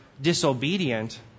disobedient